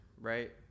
right